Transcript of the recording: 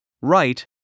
Right